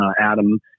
Adam